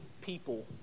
people